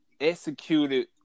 executed